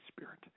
Spirit